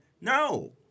No